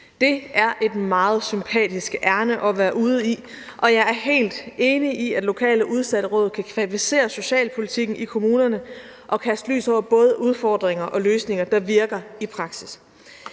Det er et meget sympatisk ærinde at være ude i, og jeg er helt enig i, at lokale udsatteråd kan kvalificere socialpolitikken i kommunerne og kaste lys over både udfordringer og løsninger, der virker i praksis.